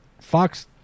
Fox